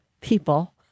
people